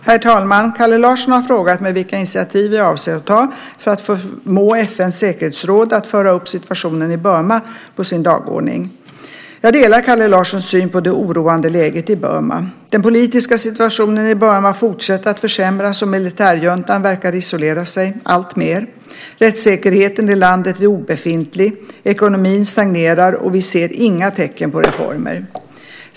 Herr talman! Kalle Larsson har frågat mig vilka initiativ jag avser att ta för att förmå FN:s säkerhetsråd att föra upp situationen i Burma på sin dagordning. Jag delar Kalle Larssons syn på det oroande läget i Burma. Den politiska situationen i Burma fortsätter att försämras och militärjuntan verkar isolera sig alltmer. Rättssäkerheten i landet är obefintlig, ekonomin stagnerar och vi ser inga tecken på reformer.